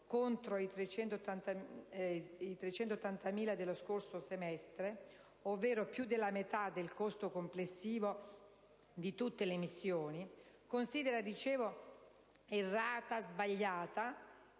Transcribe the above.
contro i 380 milioni dello scorso semestre, ovvero più della metà del costo complessivo di tutte le missioni - errata, sbagliata